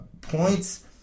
points